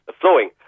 flowing